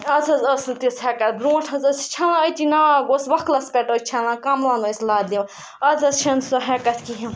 اَز حظ ٲس نہٕ تِژھ ہیٚکَتھ برونٛٹھ حظ ٲس یہِ چھَلان أتی ناگ اوس وۄکھلَس پٮ۪ٹھ ٲسۍ چھَلان کَملَن ٲسۍ لَتھ دِوان اَز حظ چھِنہٕ سۄ ہیٚکَتھ کِہیٖنۍ